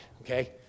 okay